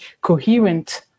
coherent